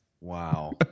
Wow